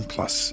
Plus